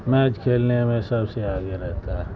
match کھیلنے میں سب سے آگے رہتا ہے